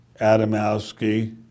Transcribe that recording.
Adamowski